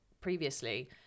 previously